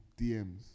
DMs